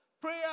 Prayer